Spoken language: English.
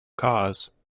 cause